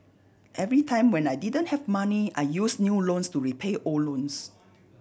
every time when I didn't have money I used new loans to repay old loans